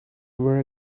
were